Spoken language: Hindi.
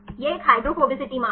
यह एक हाइड्रोफोबिसिटी मान है